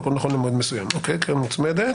והכול נכון למועד מסוים; "קרן מוצמדת"